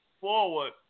forward